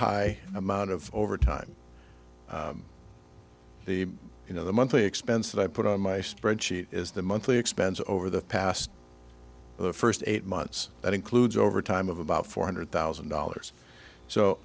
high amount of overtime the you know the monthly expense that i put on my spreadsheet is the monthly expenses over the past the first eight months that includes overtime of about four hundred thousand dollars so